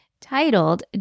Titled